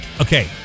Okay